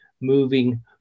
moving